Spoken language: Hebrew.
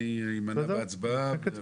אני אמנע בהצבעה.